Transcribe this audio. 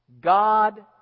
God